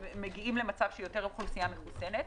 ומגיעים למצב של יותר אוכלוסייה מחוסנת.